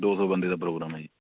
ਦੋ ਸੌ ਬੰਦੇ ਦਾ ਪ੍ਰੋਗਰਾਮ ਹੈ ਜੀ